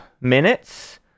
minutes